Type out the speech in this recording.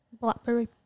Blackberry